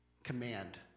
command